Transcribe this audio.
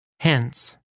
Hence